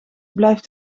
blijft